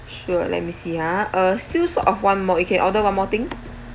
sure let me see ah uh still short of one more you can order one more thing